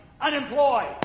Unemployed